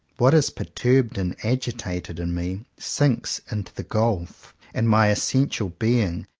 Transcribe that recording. what is perturbed and agitated in me sinks into the gulf and my essential being,